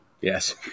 yes